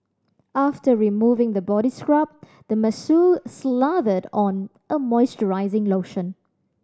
after removing the body scrub the masseur slathered on a moisturizing lotion